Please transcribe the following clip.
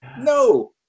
No